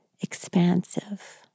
Expansive